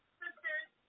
sisters